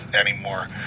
anymore